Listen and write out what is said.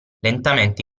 lentamente